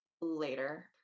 later